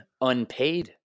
unpaid